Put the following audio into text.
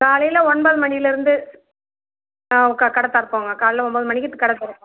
காலையில் ஒன்பது மணியிலேருந்து க கடை திறப்போங்க காலையில் ஒம்பது மணிக்கு கடை திறப்போம்